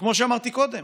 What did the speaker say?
וכמו שאמרתי קודם,